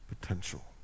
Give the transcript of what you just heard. Potential